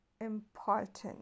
important